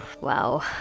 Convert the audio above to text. Wow